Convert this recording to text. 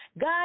God